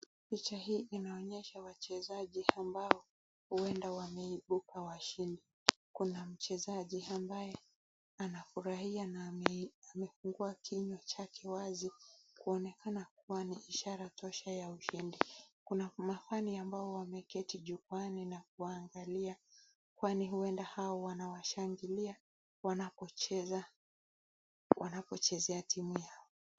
Picha hii inaonyesha wachezaji ambao huenda wameibuka washindi. Kuna mchezaji ambaye anafurahia na amefungua kinywa chake wazi kuonekana kuwa ni ishara tosha ya ushindi. Kuna mafani ambao wameketi jukwani na kuwaangalia kwani huenda hao wanawashangilia wanapocheza wanapoichezea timu yao.